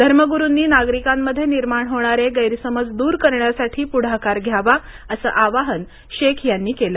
धर्मगुरुंनी नागरीकांमध्ये निर्माण होणारे गैरसमज दूर करण्यासाठी पुढाकार घ्यावा असं आवाहन शेख यांनी केलं